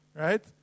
right